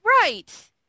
right